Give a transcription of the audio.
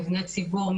מבני ציבור,